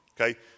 Okay